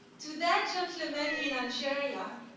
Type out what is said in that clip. to that gentleman in algeria,